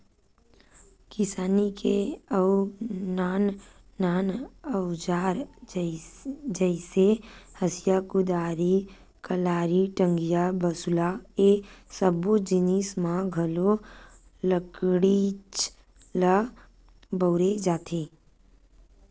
किसानी के अउ नान नान अउजार जइसे हँसिया, कुदारी, कलारी, टंगिया, बसूला ए सब्बो जिनिस म घलो लकड़ीच ल बउरे जाथे